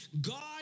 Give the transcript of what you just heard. God